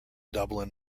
dublin